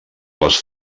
les